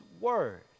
Word